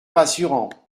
rassurant